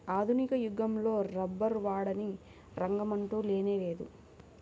ఆధునిక యుగంలో రబ్బరు వాడని రంగమంటూ లేనేలేదు